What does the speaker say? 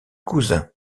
cousin